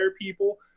people